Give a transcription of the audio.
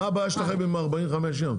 מה הבעיה שלכם עם ה-45 יום?